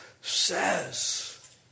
says